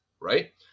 right